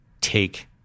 take